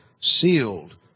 sealed